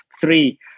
three